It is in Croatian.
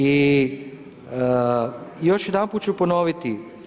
I još jedanput ću ponoviti.